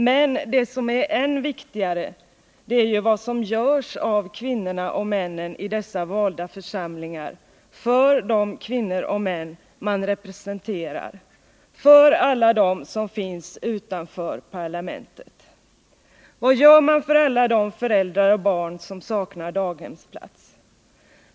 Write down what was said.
Men ännu viktigare är ju vad som görs av kvinnorna och männen i dessa valda församlingar för de kvinnor och män som man representerar, för alla dem som finns utanför parlamentet. Vad gör man för alla de föräldrar och barn som saknar daghemsplats?